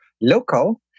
local